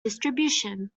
distribution